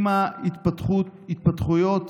עם ההתפתחויות